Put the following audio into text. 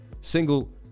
single